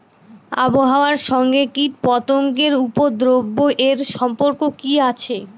আবহাওয়ার সঙ্গে কীটপতঙ্গের উপদ্রব এর সম্পর্ক কি আছে?